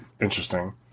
interesting